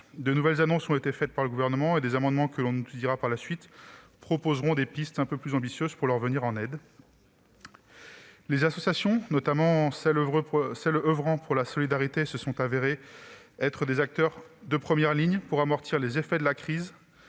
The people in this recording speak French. De nouvelles annonces ont été faites par le Gouvernement, mais des amendements que nous examinerons dans quelques instants proposeront des pistes un peu plus ambitieuses pour leur venir en aide. Les associations, notamment celles oeuvrant pour la solidarité, se sont révélées être des acteurs de première ligne pour amortir les effets de la crise.